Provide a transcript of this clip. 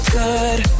good